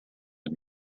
had